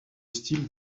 style